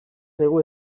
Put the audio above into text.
zaigu